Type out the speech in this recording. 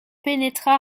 pénétra